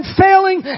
failing